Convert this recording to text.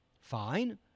fine